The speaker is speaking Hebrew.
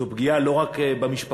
זו פגיעה לא רק במשפחות,